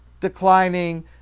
declining